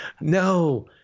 No